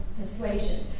persuasion